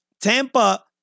Tampa